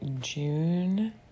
june